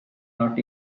not